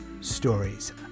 stories